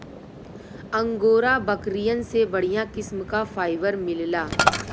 angora बकरियन से बढ़िया किस्म क फाइबर मिलला